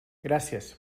gràcies